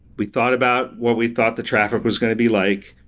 we thought about what we thought the traffic was going to be like.